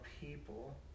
people